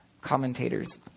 commentators